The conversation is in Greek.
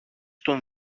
τον